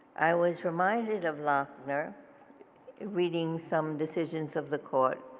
i was reminded of lochner reading some decisions of the court